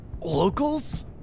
Locals